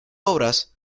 obras